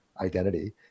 identity